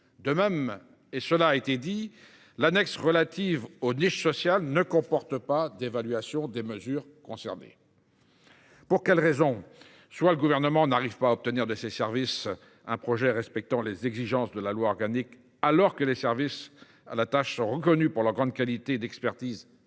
De même, comme cela a été dit, l’annexe relative aux niches sociales ne comporte pas d’évaluation des mesures concernées. Quelles sont les raisons de ces lacunes ? Soit le Gouvernement n’arrive pas à obtenir de ses services un projet respectant les exigences de la loi organique, alors que lesdits services sont reconnus pour leur grande qualité d’expertise